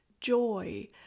joy